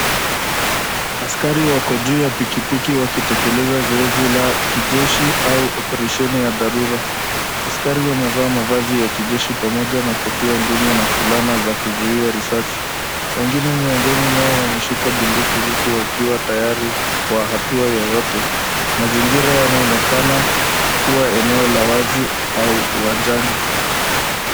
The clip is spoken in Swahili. Askari wako juu ya pikipiki wakitekeleza zoezi la kijeshi au operesheni ya dharura. Askari wamevaa mavazi ya kijeshi pamoja na kofia ngumu na fulana za kuzuia risasi. Wengine miongoni mwao wameshika bunduki huku, wakiwa tayari kwa hatua yoyote. Mazingira yanaonekana kuwa eneo la wazi au uwajani.